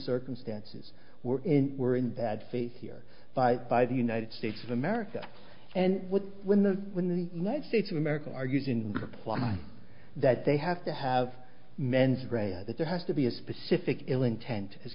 circumstances we're in we're in bad faith here by by the united states of america and when the when the united states of america argues in reply that they have to have mens rea or that there has to be a specific ill intent